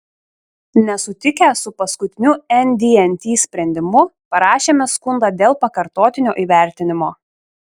nesutikę su paskutiniu ndnt sprendimu parašėme skundą dėl pakartotinio įvertinimo